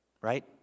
right